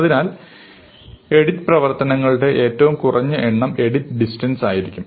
അതിനാൽ എഡിറ്റ് പ്രവർത്തനങ്ങളുടെ ഏറ്റവും കുറഞ്ഞ എണ്ണം എഡിറ്റ് ഡിസ്റ്റൻസ് ആയിരിക്കും